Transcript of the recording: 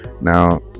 Now